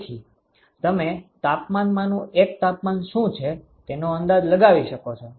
તેથી તમે તાપમાનમાંનું એક તાપમાન શું છે તેનો અંદાજ લગાવી શકો છો